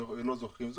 או לא ישראלים,